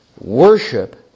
Worship